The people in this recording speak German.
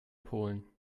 polen